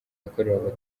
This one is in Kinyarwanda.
yakorewe